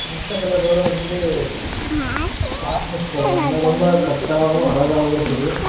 மற்ற கலர்களோடு வந்து ஃபாஸ்ட்னஸ் போகாமல் ரொம்ப கரெக்டாகவும் அழகாவும் இருக்குது